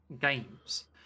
games